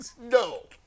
No